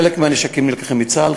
חלק מהנשקים נלקחים מצה"ל,